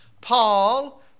Paul